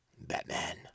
Batman